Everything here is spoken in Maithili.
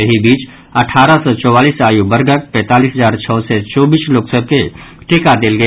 एहि बीच अठारह सँ चौवालीस आयु वर्गक पैंतालीस हजार छओ सय चौबीस लोक सभ के टीका देल गेल